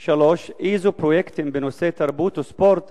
3. אילו פרויקטים בנושא תרבות וספורט